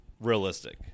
realistic